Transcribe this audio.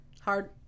hard